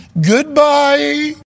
Goodbye